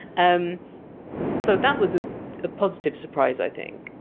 um so that was a positive surprise, i think.